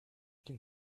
can